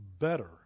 Better